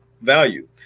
value